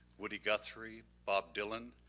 woody guthrie, bob dylan,